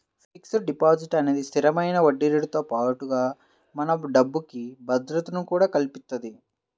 fixed deposit అనేది స్థిరమైన వడ్డీరేటుతో పాటుగా మన డబ్బుకి భద్రతను కూడా కల్పిత్తది